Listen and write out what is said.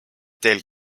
teel